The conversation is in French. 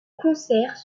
concerts